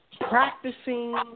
Practicing